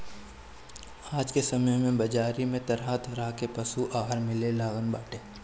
आज के समय में बाजारी में तरह तरह के पशु आहार मिले लागल बाटे